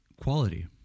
quality